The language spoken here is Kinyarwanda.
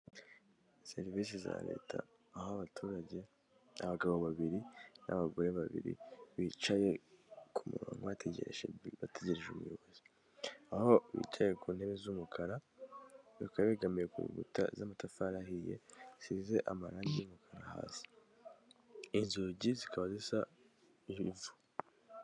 Serivisi za leta aho abaturage abagabo babiri n'abagore babiri bicaye ku murongo bategereje bategereje umuyobozi, aho bicayeye ku ntebe z'umukara bakaba begamiye kukuta z'amatafarihiye zisze amara y'umukara hasi, inzugi zikaba zisa nk'ivu.